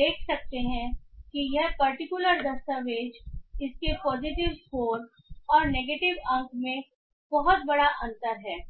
देख सकते हैं कि यह पर्टिकुलर दस्तावेज इसके पॉजिटिव स्कोर और नेगेटिव अंक में बहुत बड़ा अंतर है